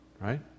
right